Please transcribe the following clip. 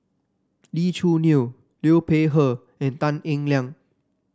Lee Choo Neo Liu Peihe and Tan Eng Liang